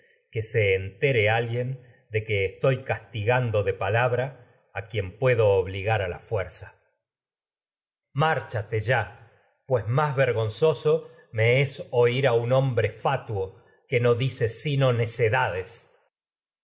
que se en alguien de que estoy castigando de palabra a quien puedo obligar a la fuerza teucro oír márchate ya pues que no más vergonzoso me es a un hombre fatuo dice sino necedades